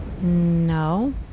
No